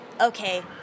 okay